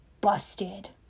Busted